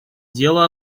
дело